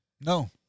No